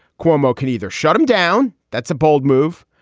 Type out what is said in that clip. cuomo can either shut him down. that's a bold move.